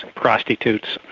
prostitutes,